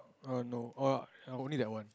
err no oh ya only that one